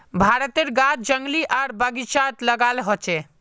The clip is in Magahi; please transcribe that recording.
भारतेर गाछ जंगली आर बगिचात लगाल होचे